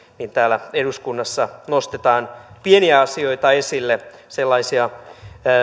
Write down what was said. niin täällä eduskunnassa nostetaan esille pieniä asioita sellaisia